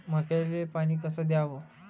मक्याले पानी कस द्याव?